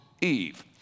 Eve